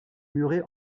muret